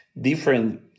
different